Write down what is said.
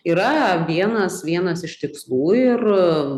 yra vienas vienas iš tikslų ir